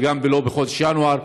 וגם לא בחודש ינואר,